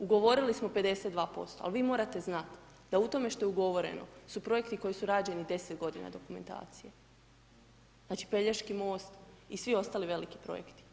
Ugovorili smo 52% ali vi morate znati d u tome što je ugovoreno su projekti koji su rađeni 10 g. dokumentacije, znači Pelješki mosti svi ostali veliki projekti.